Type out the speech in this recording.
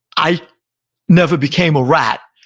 i never became a rat.